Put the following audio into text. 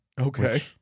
Okay